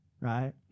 right